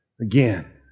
again